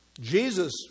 Jesus